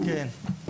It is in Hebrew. כן.